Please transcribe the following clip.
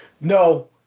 No